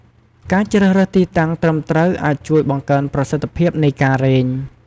ការជ្រើសរើសទីតាំងត្រឹមត្រូវអាចជួយបង្កើនប្រសិទ្ធភាពនៃការរែង។